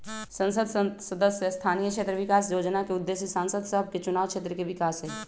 संसद सदस्य स्थानीय क्षेत्र विकास जोजना के उद्देश्य सांसद सभके चुनाव क्षेत्र के विकास हइ